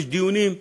יש דיונים,